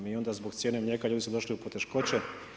I onda zbog cijene mlijeka ljudi su došli u poteškoće.